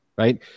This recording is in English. Right